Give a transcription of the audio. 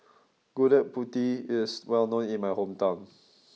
Gudeg Putih is well known in my hometown